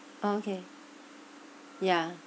okay yeah